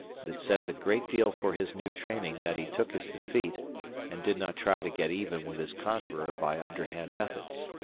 but it says a great deal for his new training that he took his defeat and did not try to get even with his conqueror by underhand methods.